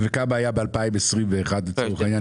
וכמה היו ב-2021, לצורך העניין?